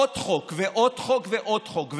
עוד חוק ועוד חוק,